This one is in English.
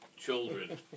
children